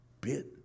bit